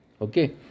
Okay